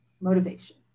motivation